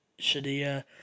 Shadia